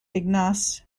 ignace